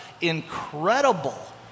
incredible